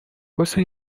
وایستا